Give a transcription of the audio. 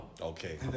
Okay